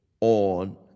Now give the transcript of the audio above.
on